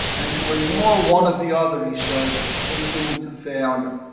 and to ignore one or the other, he says, was doomed to failure.